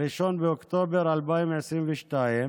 1 באוקטובר 2022,